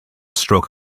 stroke